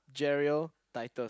Jerial-Titus